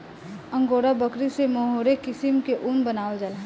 angora बकरी से mohair किसिम के ऊन बनावल जाला